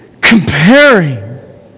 comparing